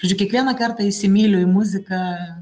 žodžiu kiekvieną kartą įsimyliu į muziką